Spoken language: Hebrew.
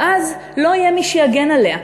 ואז לא יהיה מי שיגן עליה,